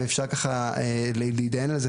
ואפשר להתדיין על זה,